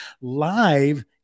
live